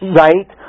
right